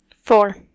Four